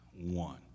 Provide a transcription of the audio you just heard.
one